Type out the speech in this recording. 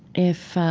if